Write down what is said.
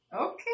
okay